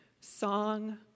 song